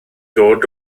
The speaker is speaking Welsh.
dod